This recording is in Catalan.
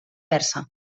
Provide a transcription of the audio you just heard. persa